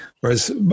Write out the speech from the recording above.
Whereas